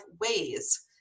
ways